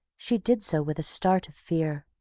she did so with a start of fear.